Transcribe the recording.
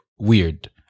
Weird